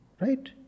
right